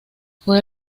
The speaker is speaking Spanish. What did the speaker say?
fue